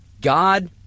God